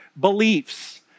beliefs